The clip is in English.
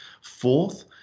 Fourth